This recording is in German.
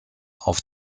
auf